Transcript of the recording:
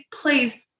please